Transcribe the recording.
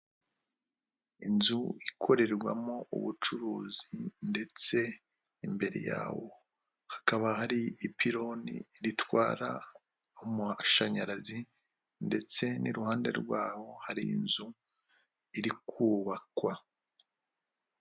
Inzu ikorerwamo ubucuruzi ndetse imbere yaho hakaba hari ipironi ritwara amashanyarazi ndetse n'iruhande rwaho hari inzu iri kubakwa.